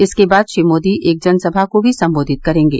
इसके बाद श्री मोदी एक जनसभा को भी संबोधित करेंगे